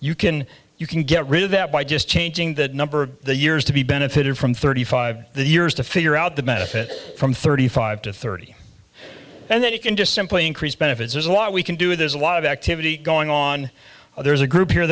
you can you can get rid of that by just changing that number of years to be benefited from thirty five years to figure out the benefit from thirty five to thirty and then you can just simply increase benefits there's a lot we can do there's a lot of activity going on there's a group here